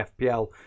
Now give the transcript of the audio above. FPL